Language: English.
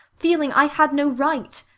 feeling i had no right.